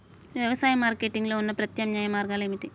వ్యవసాయ మార్కెటింగ్ లో ఉన్న ప్రత్యామ్నాయ మార్గాలు ఏమిటి?